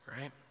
Right